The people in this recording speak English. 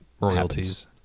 Royalties